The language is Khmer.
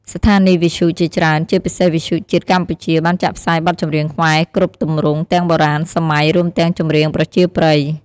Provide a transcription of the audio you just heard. ស្ថានីយវិទ្យុជាច្រើន ជាពិសេសវិទ្យុជាតិកម្ពុជា បានចាក់ផ្សាយបទចម្រៀងខ្មែរគ្រប់ទម្រង់ ទាំងបុរាណ សម័យ រួមទាំងចម្រៀងប្រជាប្រិយ។